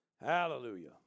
Hallelujah